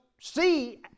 see